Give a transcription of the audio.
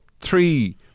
three